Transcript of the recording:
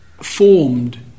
formed